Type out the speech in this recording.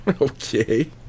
Okay